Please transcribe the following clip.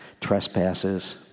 trespasses